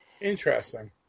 Interesting